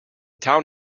town